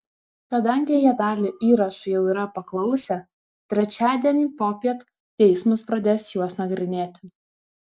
kadangi jie dalį įrašų jau yra paklausę trečiadienį popiet teismas pradės juos nagrinėti